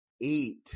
eat